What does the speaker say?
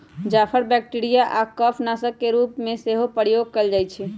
जाफर bacteria आऽ कफ नाशक के रूप में सेहो प्रयोग कएल जाइ छइ